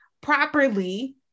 properly